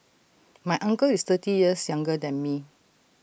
my uncle is thirty years younger than me